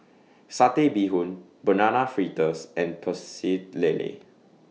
Satay Bee Hoon Banana Fritters and Pecel Lele